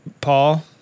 Paul